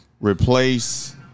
replace